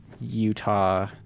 Utah